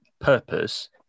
purpose